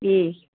ए